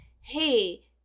Hey